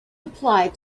applied